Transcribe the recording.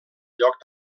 lloc